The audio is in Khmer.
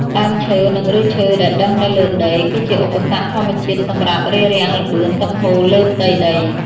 ដើមឈើ និង ឫសឈើដែលដុះនៅលើដី គឺជាឧបសគ្គធម្មជាតិសម្រាប់រារាំងល្បឿនទឹកហូរលើផ្ទៃដី។